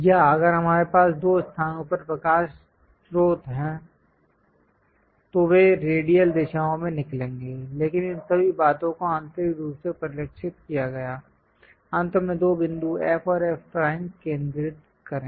या अगर हमारे पास दो स्थानों पर प्रकाश स्रोत हैं तो वे रेडियल दिशाओं में निकलेंगे लेकिन इन सभी बातों को आंतरिक रूप से परिलक्षित किया गया अंत में दो बिंदु F और F प्राइम केंद्रित करें